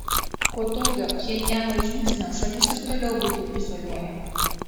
po tokio pchenjano žingsnio šalis ir toliau būtų izoliuojama